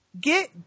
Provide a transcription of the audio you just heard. Get